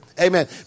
Amen